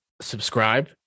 subscribe